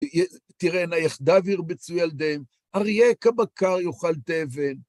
תִּרְעֶינָה יַחְדָּו יִרְבְּצוּ יַלְדֵיהֶן וְאַרְיֵה כַּבָּקָר יֹאכַל תֶּבֶן.